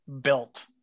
built